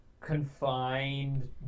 confined